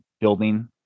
building